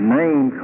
name